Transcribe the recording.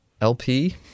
LP